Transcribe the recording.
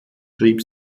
schrieb